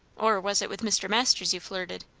or was it with mr. masters you flirted?